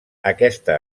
aquesta